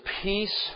peace